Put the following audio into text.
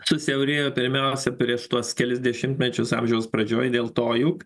susiaurėjo pirmiausia prieš tuos kelis dešimtmečius amžiaus pradžioj dėl to juk